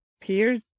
peers